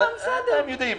אז בסדר, הם יודעים.